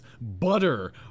butter